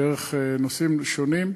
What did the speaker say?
דרך נושאים שונים,